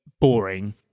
boring